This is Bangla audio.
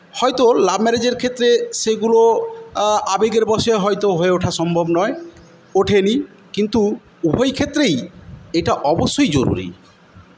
হয়তো লাভ ম্যারেজের ক্ষেত্রে সেগুলো আবেগের বশে হয়তো হয়ে ওঠা সম্ভব নয় ওঠেনি কিন্তু উভয়ক্ষেত্রেই এটা অবশ্যই জরুরি